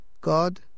God